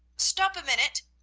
stop a minute.